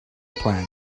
plan